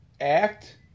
act